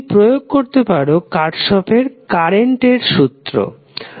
তুমি প্রয়োগ করতে পারো কার্শফের কারেন্টের সূত্র Kirchhoff's current law